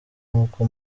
uko